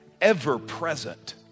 Ever-present